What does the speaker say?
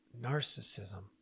narcissism